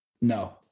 No